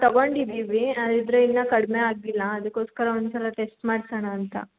ತಗೊಂಡಿದ್ದೀವಿ ಆದರೆ ಇನ್ನ ಕಡ್ಮೆ ಆಗಿಲ್ಲ ಅದಕ್ಕೋಸ್ಕರ ಒಂದ್ಸಲ ಟೆಸ್ಟ್ ಮಾಡ್ಸೋಣ ಅಂತ